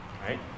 right